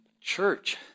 church